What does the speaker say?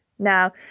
Now